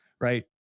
right